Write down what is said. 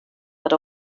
but